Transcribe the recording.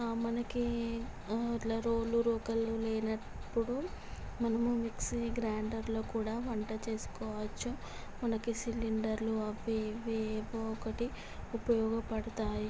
మనకి ఇట్లా రోలు రోకళ్ళు లేనప్పుడు మనము మిక్సీ గ్రైండర్లో కూడా వంట చేసుకోవచ్చు మనకి సిలిండర్లు అవి ఇవి ఏవో ఒకటి ఉపయోగపడతాయి